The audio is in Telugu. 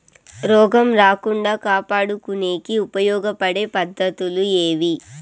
రోగం రాకుండా కాపాడుకునేకి ఉపయోగపడే పద్ధతులు ఏవి?